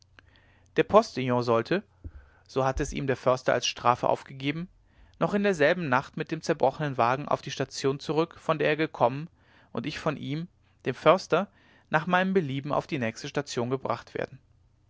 der postillion sollte so hatte es ihm der förster als strafe aufgegeben noch in derselben nacht mit dem zerbrochenen wagen auf die station zurück von der er gekommen und ich von ihm dem förster nach meinem belieben auf die nächste station gebracht werden